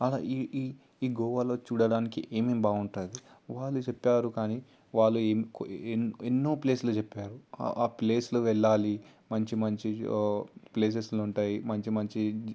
ఈ ఈ ఈ గోవాలో చూడడానికి ఏమేం బాగుంటుంది వాళ్ళు చెప్పారు కానీ వాళ్ళు ఎన్ ఎన్ ఎన్నో ప్లేసులు చెప్పారు ఆ ప్లేసులు వెళ్ళాలి మంచి మంచి ప్లేసెస్లు ఉంటాయి మంచి మంచి